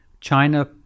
China